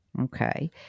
Okay